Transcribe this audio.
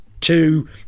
two